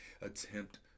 attempt